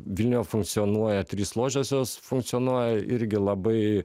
vilniuje funkcionuoja trys ložės jos funkcionuoja irgi labai